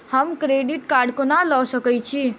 हम credit card कोना लऽ सकै छी?